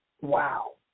Wow